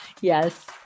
Yes